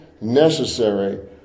necessary